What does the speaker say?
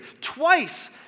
Twice